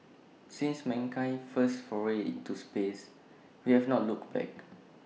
since mankind's first foray into space we have not looked back